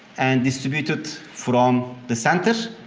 and distributed from the center.